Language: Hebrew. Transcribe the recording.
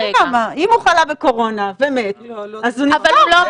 אם הוא חלה בקורונה, זה מת, אז זה נכון.